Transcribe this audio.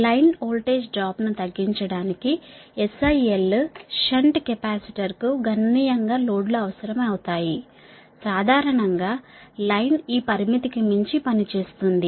line voltage డ్రాప్ను తగ్గించడానికి SIL shunt capacitor కు గణనీయంగా లోడ్లు అవసరమవుతాయి సాధారణంగా లైన్ ఈ పరిమితికి మించి పనిచేస్తుంది